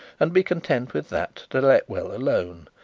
and be content with that to let well alone.